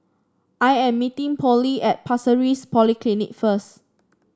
I am meeting Pollie at Pasir Ris Polyclinic first